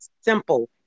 simple